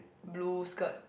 blue skirt